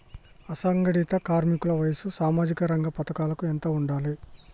అసంఘటిత కార్మికుల వయసు సామాజిక రంగ పథకాలకు ఎంత ఉండాలే?